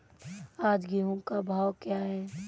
आज गेहूँ का भाव क्या है?